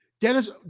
Dennis